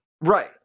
Right